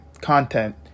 content